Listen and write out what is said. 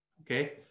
okay